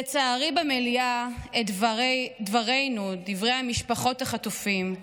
לצערי, את דברינו, דברי משפחות החטופים,